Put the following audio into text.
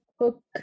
Book